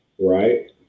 right